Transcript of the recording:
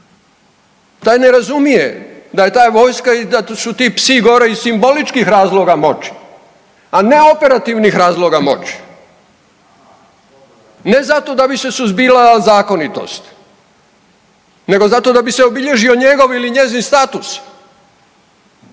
taj ne razumije da je ta vojska i da su ti psi gore iz simboličkih razloga moći, a ne operativnih razloga moći. Ne zato da bi se suzbila zakonitost nego zato da bi se obilježio njegov ili njezin status.